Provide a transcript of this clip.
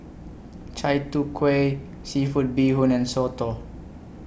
Chai Tow Kuay Seafood Bee Hoon and Soto